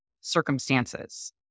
circumstances